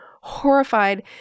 horrified